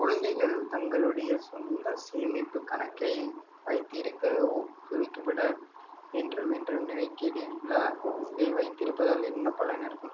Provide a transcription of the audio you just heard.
குழந்தைங்கள் தங்களுடைய சொந்த சேமிப்பு கணக்கை வைத்திருக்க ஊக்குவிக்கப்பட வேண்டும் என்று நினைக்கிறேன் நான் இதை வைத்திருப்பதால் என்ன பலன் இருக்கும்